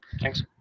Thanks